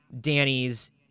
Danny's